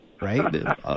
right